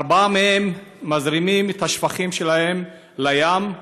ארבעה מהם מזרימים את השפכים שלהם לים,